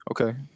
okay